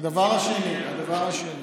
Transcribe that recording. הדבר השני,